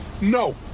no